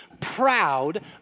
proud